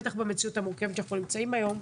בטח במציאות המורכבת שאנחנו נמצאים היום.